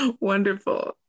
Wonderful